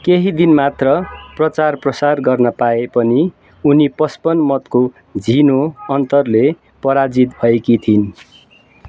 केही दिन मात्र प्रचार प्रसार गर्न पाए पनि उनी पचपन्न मतको झिनो अन्तरले पराजित भएकी थिइन्